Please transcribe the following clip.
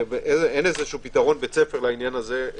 אין פתרון אחיד - כל